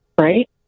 right